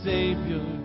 Savior